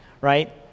right